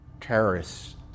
terrorists